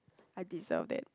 I deserve that